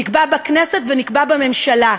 נקבע בכנסת ונקבע בממשלה.